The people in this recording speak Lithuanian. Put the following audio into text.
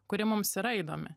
kuri mums yra įdomi